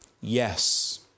Yes